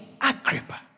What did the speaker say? Agrippa